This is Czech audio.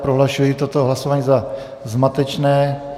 Prohlašuji toto hlasování za zmatečné.